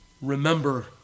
remember